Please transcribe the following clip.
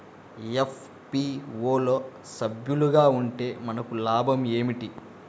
FPO లో సభ్యులుగా ఉంటే మనకు లాభం ఏమిటి?